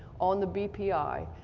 on the bpi,